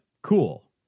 Cool